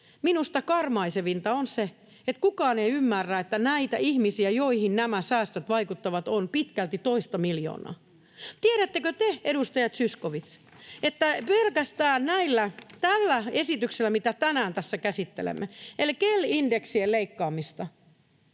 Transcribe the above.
minusta karmaisevinta on se, että kukaan ei ymmärrä, että näitä ihmisiä, joihin nämä säästöt vaikuttavat, on pitkälti toista miljoonaa. Tiedättekö te, edustaja Zyskowicz, että pelkästään tämä esitys, mitä tänään tässä käsittelemme, eli KEL-indeksien leikkaaminen,